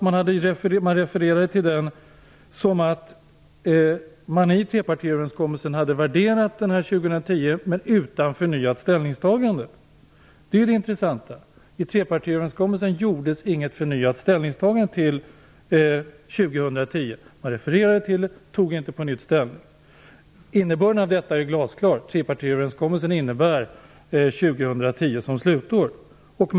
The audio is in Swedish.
Man hade värderat beslutet utan förnyat ställningstagande. Det är det intressanta. Man refererade till det, men tog inte ställning på nytt. Innebörden av detta är glasklar. Trepartiöverenskommelsen innebär att 2010 är slutår. Fru talman!